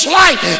light